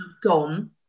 gone